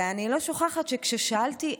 ואני לא שוכחת שכשאלתי: